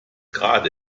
gerade